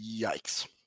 Yikes